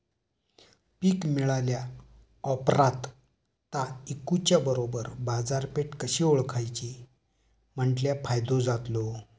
पीक मिळाल्या ऑप्रात ता इकुच्या बरोबर बाजारपेठ कशी ओळखाची म्हटल्या फायदो जातलो?